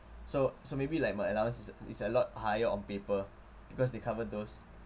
so so maybe like my allowance is a lot higher on paper because they cover those